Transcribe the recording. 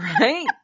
Right